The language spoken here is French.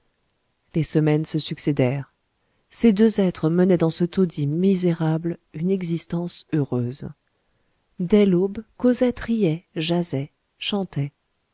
les semaines se succédèrent ces deux êtres menaient dans ce taudis misérable une existence heureuse dès l'aube cosette riait jasait chantait